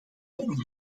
een